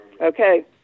Okay